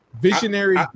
Visionary